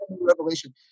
revelation